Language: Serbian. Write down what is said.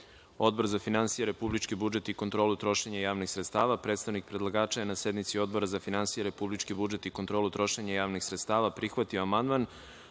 Odbor za finansije, republički budžet i kontrolu trošenja javnih sredstava. Predstavnik predlagača je na sednici Odbor za finansije, republički budžet i kontrolu trošenja javnih sredstava prihvatio